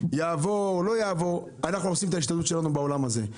אם יעבור או לא יעבור אנחנו עושים את ההשתדלות שלנו בעולם הזה.